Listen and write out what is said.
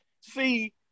see